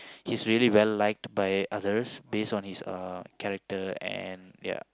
he's really very liked by others based on his uh character and ya